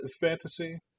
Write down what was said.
fantasy